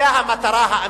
זאת המטרה האמיתית.